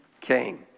came